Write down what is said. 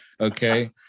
Okay